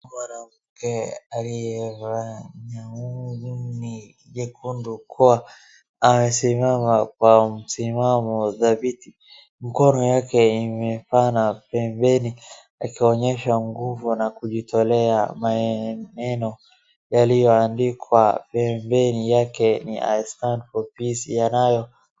Mwanamke aliyevaa gauni jekundu kuwa amesimama kwa msimamo dhabiti. Mkono yake imebana pembeni akionyesha nguvu na kujitolea maneno yaliyoandikwa pembeni yake ni, I STAND FOR PEACE yanayo...